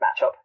matchup